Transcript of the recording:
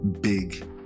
big